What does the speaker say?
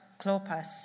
Clopas